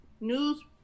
news